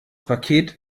paket